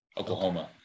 Oklahoma